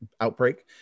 outbreak